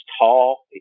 tall